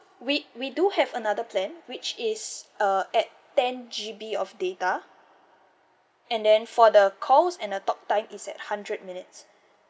we we do have another plan which is uh add ten G_B of data and then for the calls and the talk time is at hundred minutes